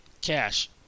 Cash